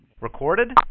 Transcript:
Recorded